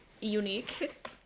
unique